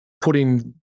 putting